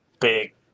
big